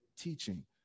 teaching